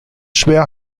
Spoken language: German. schwer